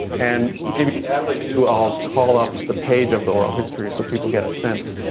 and maybe, as i do, i'll call up the page of the oral history. so people get a sense